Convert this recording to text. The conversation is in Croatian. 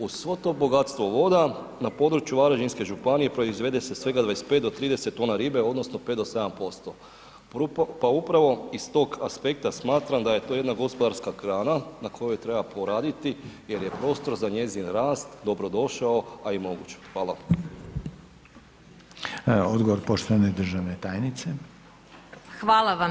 Uz svo to bogatstvo voda, na području varaždinske županije proizvede se svega 25 do 30t ribe odnosno 5 do 7%, pa upravo iz tog aspekta smatram da je to jedna gospodarska grana na kojoj treba poraditi jer je prostor za njezin rast dobrodošao, a i moguć je.